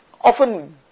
Often